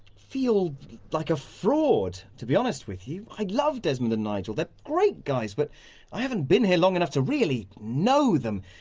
feel like a fraud, to be honest with you. i love desmond and nigel, they're great guys, but i haven't been here long enough to really know them.